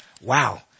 wow